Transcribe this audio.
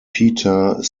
peter